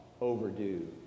overdue